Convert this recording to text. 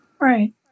Right